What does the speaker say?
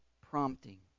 prompting